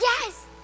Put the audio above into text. Yes